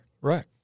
Right